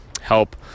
Help